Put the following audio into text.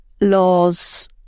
laws